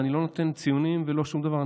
ואני לא נותן ציונים ולא שום דבר,